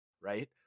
right